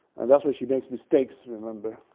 and that's why she makes mistakes. remember,